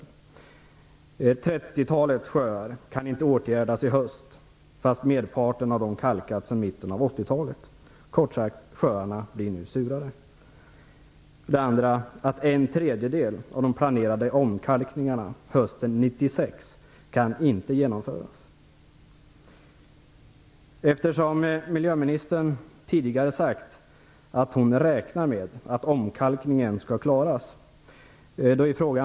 Ca 30 sjöar kan inte åtgärdas i höst, trots att merparten av dem inte har kalkats sedan mitten av 80-talet. Kort sagt: sjöarna blir nu surare. En tredjedel av de planerade omkalkningarna hösten 1996 kan inte genomföras. Miljöministern har tidigare sagt att hon räknar med att omkalkningen skall klaras.